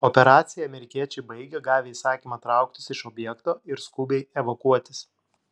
operaciją amerikiečiai baigė gavę įsakymą trauktis iš objekto ir skubiai evakuotis